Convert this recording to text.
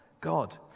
God